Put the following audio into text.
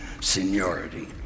seniority